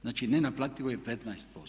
Znači nenaplativo je 15%